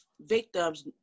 victims